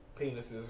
penises